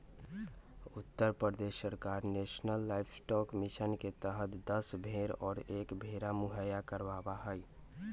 उत्तर प्रदेश सरकार national livestock mission के तहद दस भेंड़ और एक भेंड़ा मुहैया करवावा हई